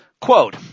Quote